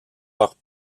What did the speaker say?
leurs